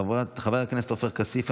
חבר הכנסת עופר כסיף,